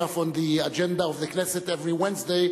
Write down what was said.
on the agenda of the Knesset every Wednesday,